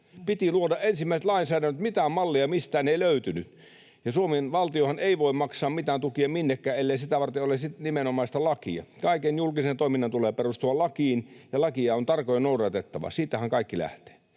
Piti luoda ensimmäiset lainsäädännöt, mitään mallia mistään ei löytynyt, ja Suomen valtiohan ei voi maksaa mitään tukia minnekään, ellei sitä varten ole nimenomaista lakia. Kaiken julkisen toiminnan tulee perustua lakiin, ja lakia on tarkoin noudatettava, siitähän kaikki lähtee.